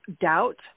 doubt